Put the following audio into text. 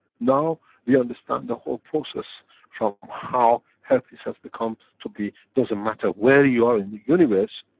now we understand the whole process from how herpes has become to be. doesn't matter where you are in the universe,